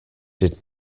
did